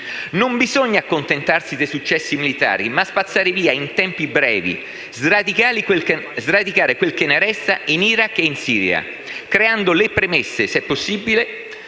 Non bisogna accontentarsi dei successi militari, ma spazzare via in tempi brevi, sdradicare quel che ne resta in Iraq e in Siria, creando le premesse, se è possibile,